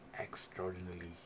extraordinarily